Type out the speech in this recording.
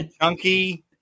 chunky